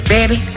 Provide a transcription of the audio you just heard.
Baby